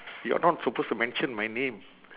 you're not supposed to mention my name